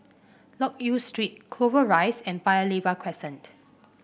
Loke Yew Street Clover Rise and Paya Lebar Crescent